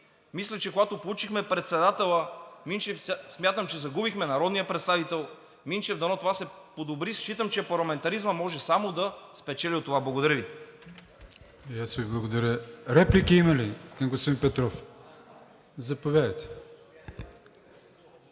Мисля, че когато получихме председателя Минчев, смятам, че загубихме народния представител Минчев. Дано това се подобри. Считам, че парламентаризмът може само да спечели от това. Благодаря Ви. ПРЕДСЕДАТЕЛ АТАНАС АТАНАСОВ: И аз Ви благодаря. Реплики има ли към господин Петров? Заповядайте.